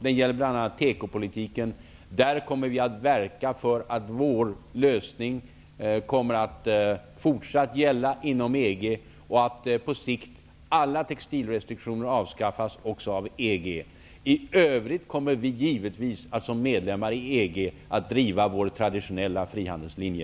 De gäller bl.a. tekopolitiken. Där kommer vi att verka för att vår lösning kommer att fortsätta att gälla inom EG och att alla textilrestriktioner på sikt avskaffas också av EG. I övrigt kommer vi givetvis som medlemmar i EG att driva vår traditionella frihandelslinje.